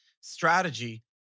strategy